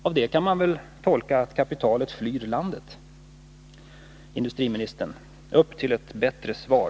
Av det kan man väl dra slutsatsen att kapitalet flyr vårt land. Herr industriminister! Upp till ett bättre svar!